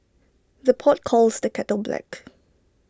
the pot calls the kettle black